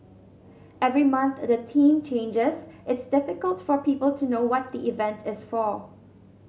every month the theme changes it's difficult for people to know what the event is for